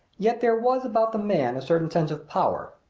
yet there was about the man a certain sense of power.